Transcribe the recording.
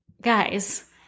Guys